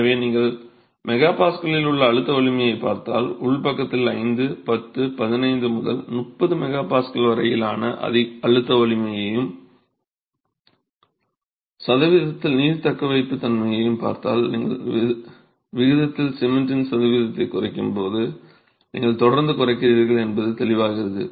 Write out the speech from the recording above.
எனவே நீங்கள் MPa இல் உள்ள அழுத்த வலிமையைப் பார்த்தால் உள் பக்கத்தில் 5 10 15 முதல் 30 MPa வரையிலான அழுத்த வலிமையையும் சதவீதத்தில் நீர் தக்கவைப்புத்தன்மையையும் பார்த்தால் நீங்கள் விகிதத்தில் சிமெண்டின் சதவீதத்தைக் குறைக்கும்போது நீங்கள் தொடர்ந்து குறைக்கிறீர்கள் என்பது தெளிவாகிறது